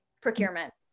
procurement